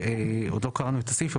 עוד לא קראנו את הסעיף,